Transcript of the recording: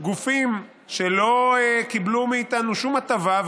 מחייבים גופים שלא קיבלו מאיתנו שום הטבה,